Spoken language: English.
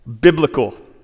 biblical